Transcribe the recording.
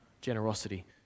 generosity